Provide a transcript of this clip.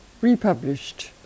republished